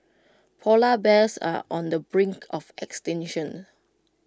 Polar Bears are on the brink of extinction